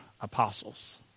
apostles